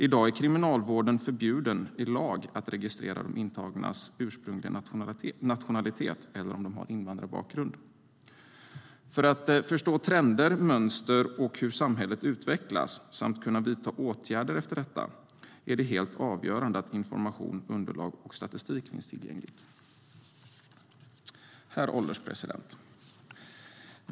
I dag är Kriminalvården förbjuden i lag att registrera de intagnas ursprungliga nationalitet eller om de har invandrarbakgrund. För att förstå trender, mönster och hur samhället utvecklas samt kunna vidta åtgärder efter detta är det helt avgörande att information, underlag och statistik finns tillgängligt. Herr ålderspresident!